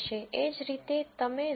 એ જ રીતે તમે 0